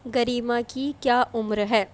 گریما کی کیا عمر ہے